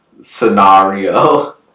scenario